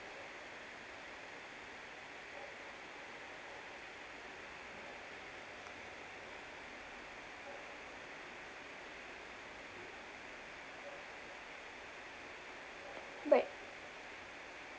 but